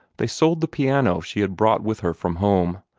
they sold the piano she had brought with her from home,